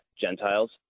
Gentiles